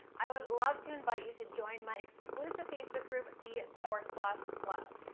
i would love to invite you to join my exclusive facebook group the course boss club.